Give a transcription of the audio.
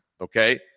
okay